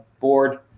board